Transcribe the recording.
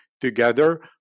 together